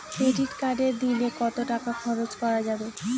Credit কার্ডে দিনে কত টাকা খরচ করা যাবে?